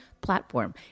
platform